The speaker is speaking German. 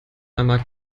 einmal